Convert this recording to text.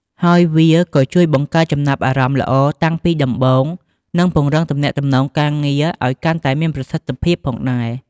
ហើយវាក៏ជួយបង្កើតចំណាប់អារម្មណ៍ល្អតាំងពីដំបូង និងពង្រឹងទំនាក់ទំនងការងារឲ្យកាន់តែមានប្រសិទ្ធភាពផងដែរ។